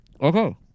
Okay